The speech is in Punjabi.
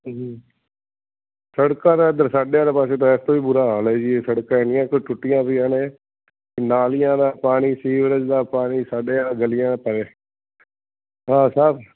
ਜੀ ਸੜਕਾਂ ਤਾਂ ਇੱਧਰ ਸਾਡੇ ਆਲੇ ਪਾਸੇ ਤਾਂ ਇਹ ਤੋਂ ਵੀ ਬੁਰਾ ਹਾਲ ਹੈ ਜੀ ਇਹ ਸੜਕਾਂ ਇੰਨੀਆਂ ਕੁ ਟੁੱਟੀਆਂ ਪਈਆਂ ਨੇ ਨਾਲੀਆਂ ਦਾ ਪਾਣੀ ਸੀਵਰੇਜ ਦਾ ਪਾਣੀ ਸਾਡੀਆਂ ਗਲੀਆਂ ਪਵੇ ਹਾਂ ਸਭ